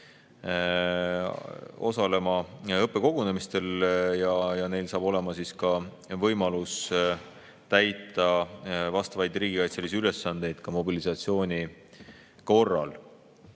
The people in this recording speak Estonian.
osalema õppekogunemistel ja neil saab olema ka võimalus täita riigikaitselisi ülesandeid mobilisatsiooni korral.